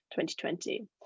2020